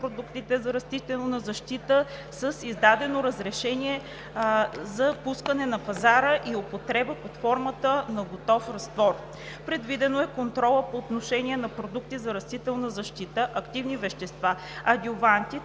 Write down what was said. продуктите за растителна защита с издадено разрешение за пускане на пазара и употреба под формата на готов разтвор. Предвидено е контролът по отношение на продукти за растителна защита, активни вещества, адюванти,